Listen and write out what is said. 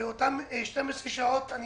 באותם 12 שעות אני